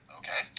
okay